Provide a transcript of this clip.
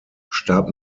starb